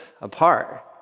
apart